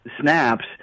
snaps